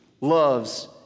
loves